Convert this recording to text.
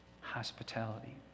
Hospitality